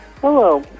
Hello